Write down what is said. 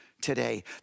today